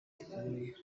gikomeye